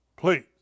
Please